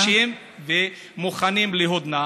מחמאס, מבקשים ומוכנים להודנה.